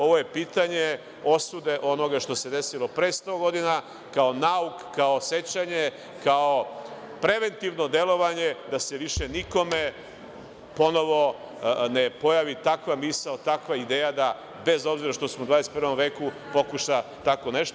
Ovo je pitanje osude onoga što se desilo pre 100 godina, kao nauk, kao sećanje, kao preventivno delovanje da se više nikome ponovo ne pojavi takva misao, takva ideja da, bez obzira što smo u 21. veku, pokuša tako nešto.